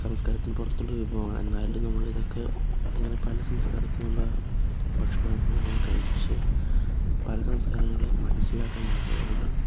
സംസ്കാരത്തിന് പുറത്തുള്ളൊരു വിഭവമാണ് എന്നാലും നമ്മളിതൊക്കെ ഇങ്ങനെ പല സംസ്കാരത്തിൽനിന്നുള്ള ഭക്ഷണ വിഭവങ്ങൾ കഴിച്ച് പല സംസ്കാരങ്ങളെയും മനസ്സിലാക്കാൻ വളരെ അധികം